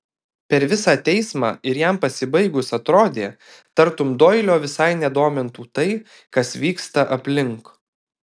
per visą teismą ir jam pasibaigus atrodė tartum doilio visai nedomintų tai kas vyksta aplink